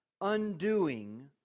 undoing